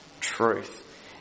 truth